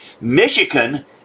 Michigan